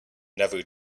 never